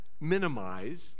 minimize